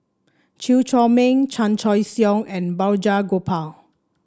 Chew Chor Meng Chan Choy Siong and Balraj Gopal